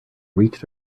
reached